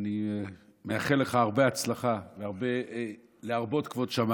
אני מאחל לך הרבה הצלחה ולהרבות כבוד שמיים.